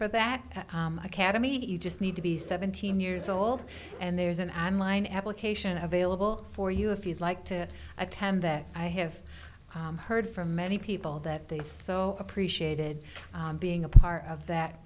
for that cademy it you just need to be seventeen years old and there's an and line application available for you if you'd like to attend that i have heard from many people that they so appreciated being a part of that